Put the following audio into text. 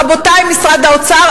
רבותי משרד האוצר,